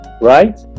right